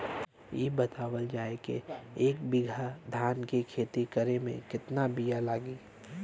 इ बतावल जाए के एक बिघा धान के खेती करेमे कितना बिया लागि?